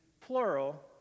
plural